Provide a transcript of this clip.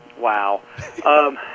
Wow